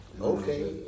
Okay